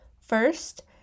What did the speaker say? first